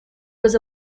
was